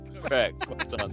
Correct